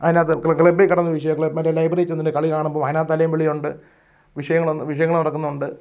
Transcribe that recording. അതിനകത്ത് ക്ലബ്ബി കിടന്ന് വിഷയ മറ്റേ ലൈബ്രറി ചെന്ന് കളി കാണുമ്പോൾ അതിനകത്ത് തലയും വിളിയുമുണ്ട് വിഷയങ്ങൾ വിഷയങ്ങൾ നടക്കുന്നുണ്ട്